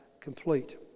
Complete